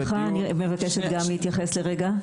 סליחה, אני מבקשת גם להתייחס לרגע.